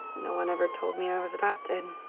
no one ever told me i was adopted.